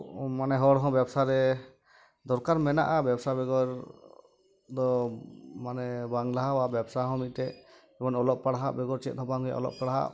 ᱢᱟᱱᱮ ᱦᱚᱲᱦᱚᱸ ᱵᱮᱵᱽᱥᱟᱨᱮ ᱫᱚᱨᱠᱟᱨ ᱢᱮᱱᱟᱜᱼᱟ ᱵᱮᱵᱽᱥᱟ ᱵᱮᱜᱚᱨ ᱫᱚ ᱢᱟᱱᱮ ᱵᱟᱝ ᱞᱟᱦᱟᱣᱟ ᱵᱮᱵᱽᱥᱟᱦᱚᱸ ᱢᱤᱫᱴᱮᱱ ᱡᱮᱢᱚᱱ ᱚᱞᱚᱜ ᱯᱟᱲᱦᱟᱜ ᱵᱮᱜᱚᱨ ᱪᱮᱫᱦᱚᱸ ᱵᱟᱝ ᱦᱩᱭᱩᱜᱼᱟ ᱚᱞᱚᱜ ᱯᱟᱲᱦᱟᱜ